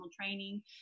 Training